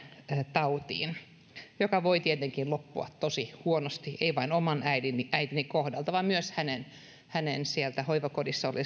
tautiin joka voi tietenkin loppua tosi huonosti ei vain oman äitini äitini kohdalta vaan myös siellä hänen hoivakodissaan